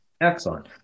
Excellent